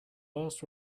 last